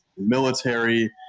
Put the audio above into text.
Military